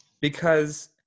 because-